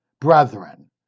brethren